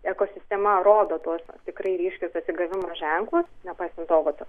ekosistema rodo tuos tikrai ryškius atsigavimo ženklus nepaisant to vat